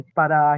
para